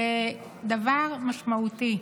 זה דבר משמעותי.